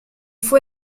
fois